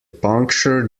puncture